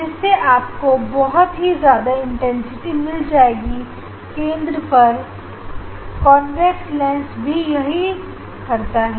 जिससे आपको बहुत ही ज्यादा इंटेंसिटी मिल जाएगी केंद्र पर कॉन्वेक्स लेंस भी यही करता है